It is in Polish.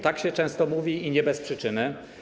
Tak się często mówi, i nie bez przyczyny.